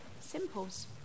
Simples